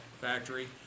factory